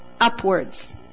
upwards